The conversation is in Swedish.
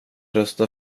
rösta